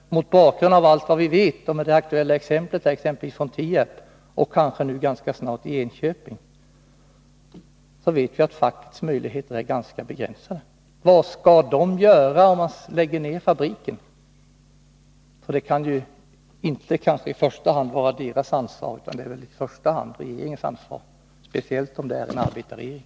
Mot bakgrund av allt som vi vet och mot bakgrund av det aktuella läget i Tierp och det kanske snart aktuella läget i Enköping kan vi konstatera att fackets möjligheter är begränsade. Vad skall facket göra om man lägger ned fabriken? Det kan inte i första hand vara fackets ansvar utan det måste vara regeringens, speciellt som vi har en arbetarregering.